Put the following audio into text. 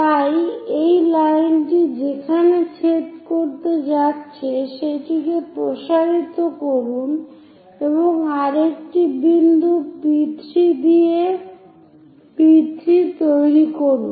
তাই এই লাইনটি যেখানে ছেদ করতে যাচ্ছে সেটিকে প্রসারিত করুন এবং আরেকটি বিন্দু P3 তৈরি করুন